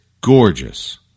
gorgeous